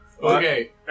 okay